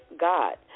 God